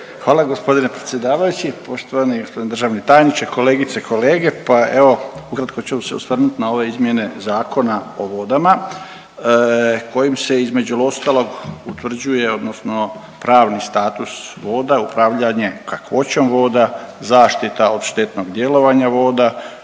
Hvala g. predsjedavajući, poštovani g. državni tajniče, kolegice, kolege. Pa, evo, ukratko ću se osvrnuti na ove izmjene Zakona o vodama kojim se, između ostalog utvrđuje odnosno pravni status voda, upravljanje kakvoćom voda, zaštita od štetnog djelovanja voda,